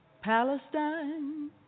Palestine